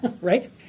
right